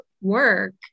work